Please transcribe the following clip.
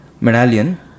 Medallion